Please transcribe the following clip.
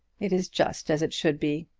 it is just as it should be.